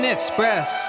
Express